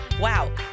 wow